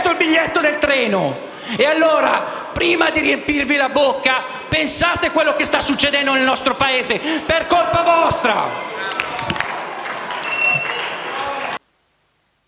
il biglietto del treno! E, allora, prima di riempirvi la bocca, pensate a quello che sta succedendo nel nostro Paese per colpa vostra!